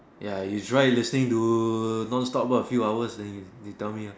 ya you try to listening to nonstop ah a few hours then you you tell me ya